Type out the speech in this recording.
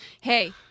Hey